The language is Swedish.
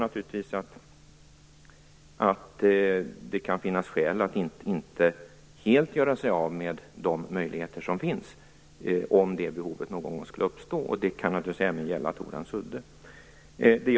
Det kan därför finnas skäl att inte helt göra sig av med de möjligheter som finns, om det behovet någon gång skulle uppstå, och det kan naturligtvis även gälla Torhamns udde.